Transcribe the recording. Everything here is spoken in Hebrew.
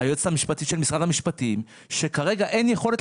היועצת המשפטית של משרד המשפטים,